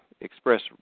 express